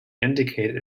indicate